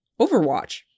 Overwatch